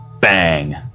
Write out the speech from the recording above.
Bang